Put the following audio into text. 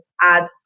add